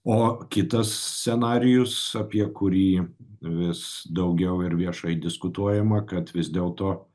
o kitas scenarijus apie kurį vis daugiau ir viešai diskutuojama kad vis dėlto